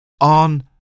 on